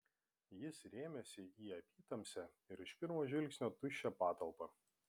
jis rėmėsi į apytamsę ir iš pirmo žvilgsnio tuščią patalpą